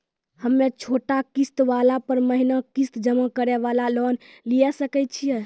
हम्मय छोटा किस्त वाला पर महीना किस्त जमा करे वाला लोन लिये सकय छियै?